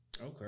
Okay